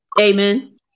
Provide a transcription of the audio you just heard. Amen